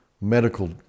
medical